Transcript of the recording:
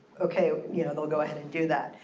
ok, you know, they'll go ahead and do that.